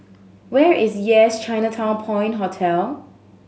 where is Yes Chinatown Point Hotel